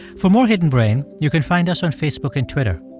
for more hidden brain, you can find us on facebook and twitter.